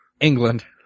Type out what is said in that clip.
England